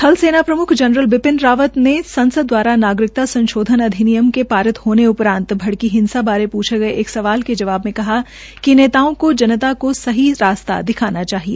थल सेना प्रम्ख जनरल बिपिन रावत ने संसद द्वारा नागरिकता संशोधन के पारित होने उपरान्त भड़की हिंसा बारे पूछे गये एक सवाल के जवाब में कहा कि नेताओं को जनता को सही रास्ता दिखाना चाहिए